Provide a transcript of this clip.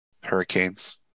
Hurricanes